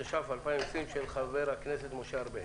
התש"ף 2020, של חבר הכנסת משה ארבל,